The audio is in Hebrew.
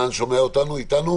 שלום.